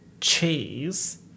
cheese